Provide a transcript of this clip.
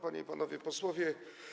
Panie i Panowie Posłowie!